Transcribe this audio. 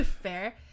Fair